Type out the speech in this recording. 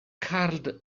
carl